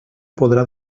podrà